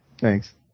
Thanks